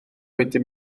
wedyn